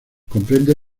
comprende